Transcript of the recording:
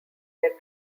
their